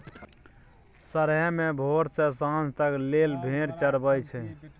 सरेह मे भोर सँ सांझ तक लेल भेड़ चरबई छै